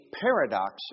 paradox